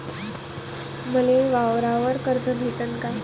मले वावरावर कर्ज भेटन का?